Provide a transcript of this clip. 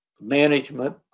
management